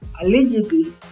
allegedly